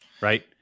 right